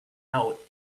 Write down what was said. out